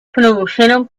produjeron